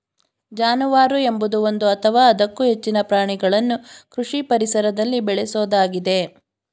ಜಾನುವಾರು ಎಂಬುದು ಒಂದು ಅಥವಾ ಅದಕ್ಕೂ ಹೆಚ್ಚಿನ ಪ್ರಾಣಿಗಳನ್ನು ಕೃಷಿ ಪರಿಸರದಲ್ಲಿ ಬೇಳೆಸೋದಾಗಿದೆ